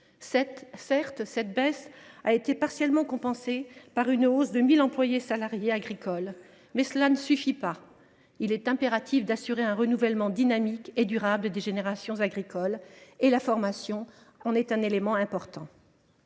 Certes, cette baisse a été partiellement compensée par une hausse de 1 000 emplois salariés agricoles, mais cela ne suffit pas. Il est impératif d’assurer un renouvellement dynamique et durable des générations agricoles, dont la formation est un élément important.